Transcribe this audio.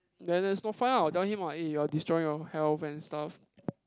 then that's not fine ah I'll tell him what eh you are destroy your health and stuff